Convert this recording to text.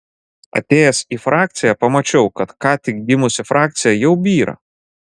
atėjęs į frakciją pamačiau kad ką tik gimusi frakcija jau byra